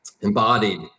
embodied